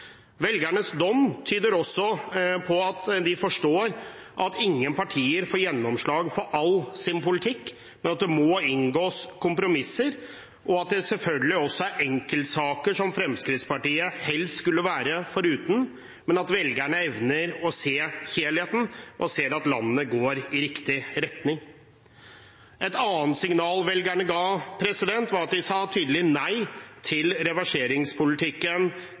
Velgernes dom tyder også på at de forstår at ingen partier får gjennomslag for all sin politikk, men at det må inngås kompromisser, og at det selvfølgelig er enkeltsaker som Fremskrittspartiet helst skulle vært foruten, men at velgerne evner å se helheten og ser at landet går i riktig retning. Et annet signal velgerne ga, var at de sa tydelig nei til reverseringspolitikken